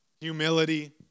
humility